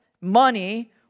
money